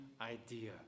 idea